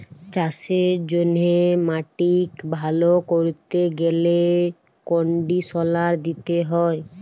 চাষের জ্যনহে মাটিক ভাল ক্যরতে গ্যালে কনডিসলার দিতে হয়